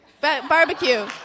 Barbecue